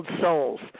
souls